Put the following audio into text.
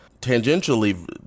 Tangentially